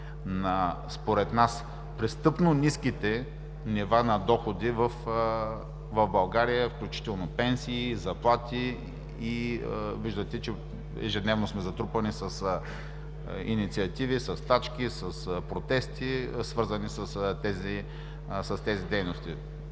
според нас на престъпно ниските нива на доходи в България – пенсии, заплати. Виждате, че ежедневно сме затрупани с инициативи, със стачки, с протести, свързани с тези доходи.